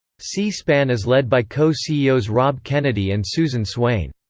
c-span is led by co-ceos rob kennedy and susan swain.